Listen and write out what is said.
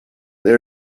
they